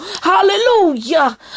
Hallelujah